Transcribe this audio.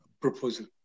proposal